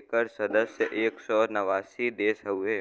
एकर सदस्य एक सौ नवासी देश हउवे